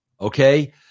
Okay